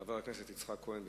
חבר הכנסת יצחק כהן.